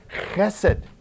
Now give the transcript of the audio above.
chesed